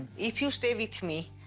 if you stay with me,